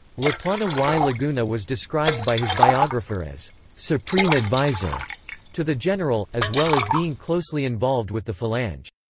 laplana y laguna was described by his biographer as supreme advisor to the general, as well as being closely involved with the falange.